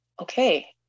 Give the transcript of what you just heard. Okay